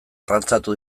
arrantzatu